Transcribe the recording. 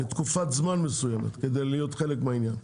לתקופת זמן מסוימת, כדי להיות חלק מהעניין.